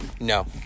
No